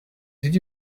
did